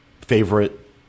favorite